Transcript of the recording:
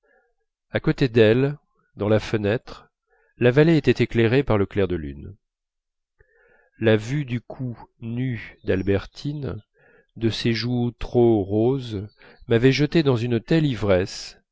à côté d'elle dans la fenêtre la vallée était éclairée par le clair de lune la vue du cou nu d'albertine de ces joues trop roses m'avait jeté dans une telle ivresse